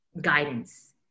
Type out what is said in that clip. guidance